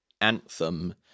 anthem